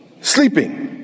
sleeping